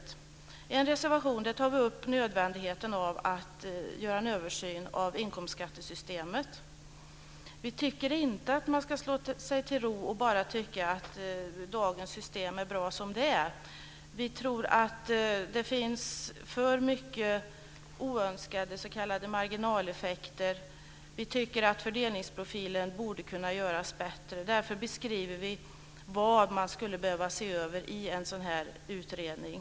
I en reservation tar vi upp nödvändigheten av att göra en översyn av inkomstskattesystemet. Vi anser inte att man kan slå sig till ro och tycka att dagens system är bra som det är. Det finns för många oönskade s.k. marginaleffekter. Fördelningsprofilen borde också kunna göras bättre. Därför beskriver vi vad som skulle behövas ses över i en sådan här utredning.